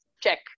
check